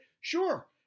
sure